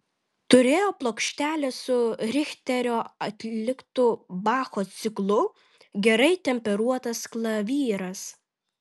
turėjo plokštelę su richterio atliktu bacho ciklu gerai temperuotas klavyras